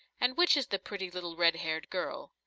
and which is the pretty little red-haired girl?